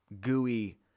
gooey